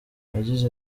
yagize